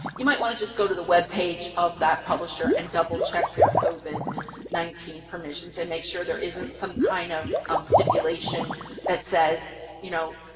you might want to just go to the webpage of that publisher and double check their covid nineteen permissions and make sure there isn't some kind of um stipulation that says you know